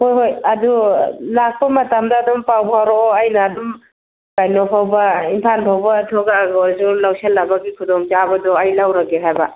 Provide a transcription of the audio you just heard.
ꯍꯣꯏ ꯍꯣꯏ ꯑꯗꯨ ꯂꯥꯛꯄ ꯃꯇꯝꯗ ꯑꯗꯨꯝ ꯄꯥꯎ ꯐꯥꯎꯔꯛꯑꯣ ꯑꯩꯅ ꯑꯗꯨꯝ ꯀꯩꯅꯣ ꯐꯥꯎꯕ ꯏꯝꯐꯥꯜ ꯐꯥꯎꯕ ꯊꯣꯒꯑꯒ ꯑꯣꯏꯔꯁꯨ ꯂꯧꯁꯜꯂꯕꯒꯤ ꯈꯨꯗꯣꯡ ꯆꯥꯕꯗꯨ ꯑꯩ ꯂꯧꯔꯒꯦ ꯍꯥꯏꯕ